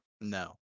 No